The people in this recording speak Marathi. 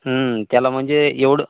त्याला म्हणजे एवढं